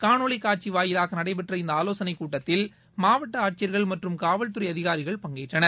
காணொலிக் காட்சி வாயிலாக நடைபெற்ற இந்தக் ஆலோசனைக் கூட்டத்தில் மாவட்ட ஆட்சியர்கள் மற்றும் காவல்துறை அதிகாரிகள் பங்கேற்றனர்